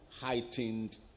heightened